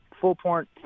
full-point